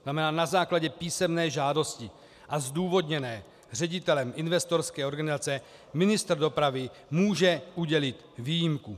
To znamená, na základě písemné žádosti a zdůvodněné ředitelem investorské organizace ministr dopravy může udělit výjimku.